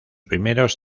primeros